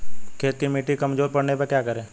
खेत की मिटी कमजोर पड़ने पर क्या करें?